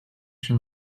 się